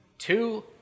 Two